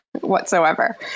whatsoever